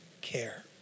care